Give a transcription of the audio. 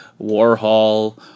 Warhol